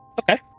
Okay